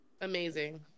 Amazing